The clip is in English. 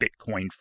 Bitcoin